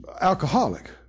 alcoholic